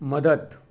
मदत